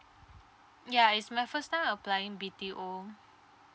ya it's my first time applying B_T_O